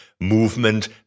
movement